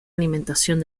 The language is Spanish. alimentación